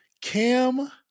cam